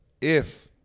if-